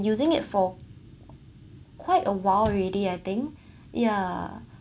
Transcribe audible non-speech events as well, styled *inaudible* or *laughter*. using it for quite a while *noise* already I think yeah